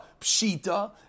Pshita